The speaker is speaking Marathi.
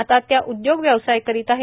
आता त्या उद्योग व्यवसाय करीत आहे